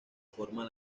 forma